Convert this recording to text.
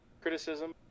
criticism